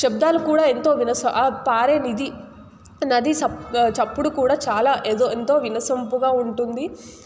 శబ్దాలు కూడా ఎంతో విలసం ఆ పారేనిది నది స చప్పుడు కూడా చాలా ఏదో ఎంతో వినసొంపుగా ఉంటుంది